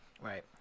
right